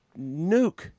nuke